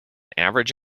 average